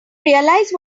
realize